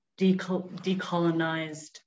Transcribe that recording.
decolonized